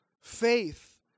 faith